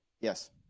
yes